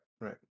Right